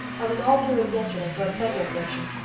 i was all through it yesterday for a pleasure exertion.